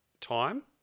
time